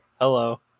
hello